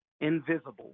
invisible